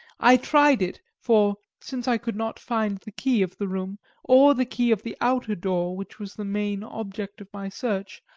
i tried it, for, since i could not find the key of the room or the key of the outer door, which was the main object of my search,